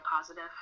positive